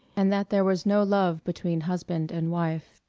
and that there was no love between husband and wife.